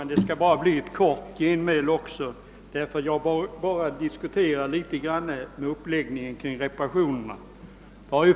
Herr talman! Mitt inlägg nu skall bli mycket kort. Jag skall bara något beröra uppläggningen av reparationsfrågorna.